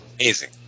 amazing